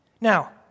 Now